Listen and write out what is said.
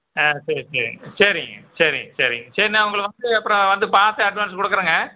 ஆ சரி சரி சரிங்க சரிங்க சேரிங்க சரி நான் உங்களை வந்து அப்புறம் வந்து பார்த்து அட்வான்ஸ் கொடுக்குறேங்க